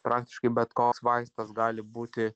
praktiškai bet koks vaistas gali būti